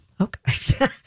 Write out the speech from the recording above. Okay